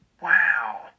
Wow